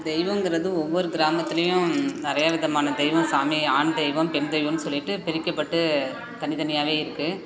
தெய்வம்ங்கிறது ஒவ்வொரு கிராமத்துலேயும் நிறைய விதமான தெய்வம் சாமி ஆண் தெய்வம் பெண் தெய்வம்னு சொல்லிட்டு பிரிக்கப்பட்டு தனிதனியாகவே இருக்குது